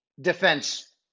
defense